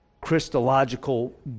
Christological